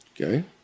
Okay